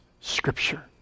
Scripture